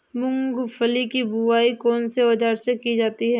मूंगफली की बुआई कौनसे औज़ार से की जाती है?